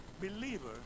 Believer